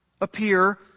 appear